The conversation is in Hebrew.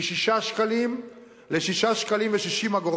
מ-6 ש"ח ל-6.60 ש"ח,